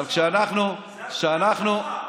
אבל כשאנחנו, זה השותף שלך.